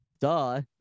duh